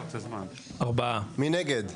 מי נגד?